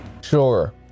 Sure